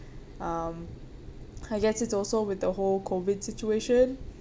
um I guess it's also with the whole COVID situation